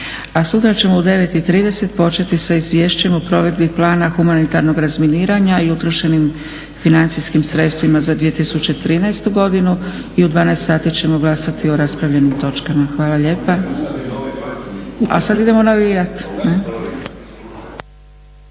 a sutra ćemo u 9,30 početi sa Izvješćem o provedbi plana humanitarnog razminiranja i utrošenim financijskim sredstvima za 2013. godinu i u 12 sati ćemo glasati o raspravljenim točkama. Hvala lijepa. A sad idemo navijati.